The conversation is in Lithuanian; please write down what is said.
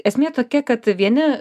esmė tokia kad vieni